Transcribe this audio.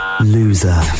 loser